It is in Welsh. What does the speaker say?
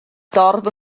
dorf